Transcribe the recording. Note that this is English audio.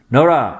Nora